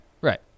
Right